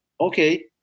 Okay